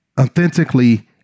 authentically